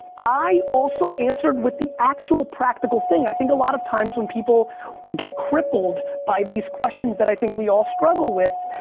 i also answered with the actual practical thing. i think a lot of times when people get crippled by these questions that i think we all struggle with,